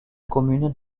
commune